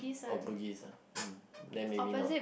oh Bugis ah then maybe not